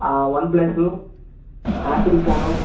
one plus apple phone